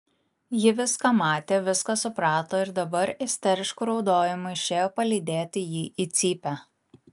ji viską matė viską suprato ir dabar isterišku raudojimu išėjo palydėti jį į cypę